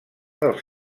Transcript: dels